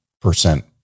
percent